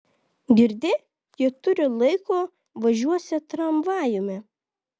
girdi jie turį laiko važiuosią tramvajumi